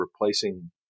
replacing